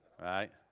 Right